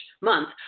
month